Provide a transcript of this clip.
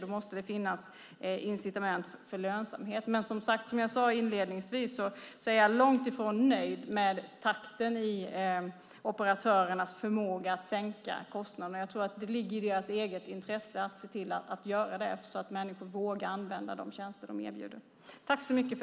Då måste det finnas incitament för lönsamhet. Men som jag sade inledningsvis är jag långt ifrån nöjd med takten i operatörernas förmåga att sänka kostnaderna. Jag tror att det ligger i deras eget intresse att se till att göra det, så att människor vågar använda de tjänster de erbjuder.